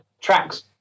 tracks